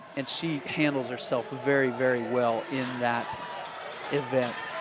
and she handles herself very, very well in that event.